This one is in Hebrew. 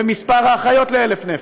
במספר האחיות ל-1,000 נפש,